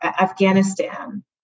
Afghanistan